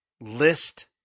list